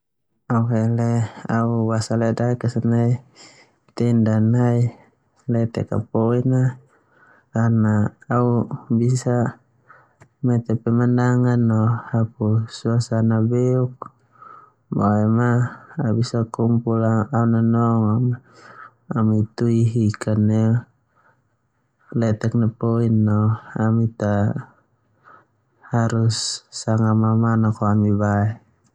Au hele au basa ledodaek esa nai tenda letek poin a so na au bisa mete pemendangan no hapu suasana beuk boem au bisa kumpul no au nonong ho tui hika nai letek ndia pin no ami ta sanga mamanak ho bae.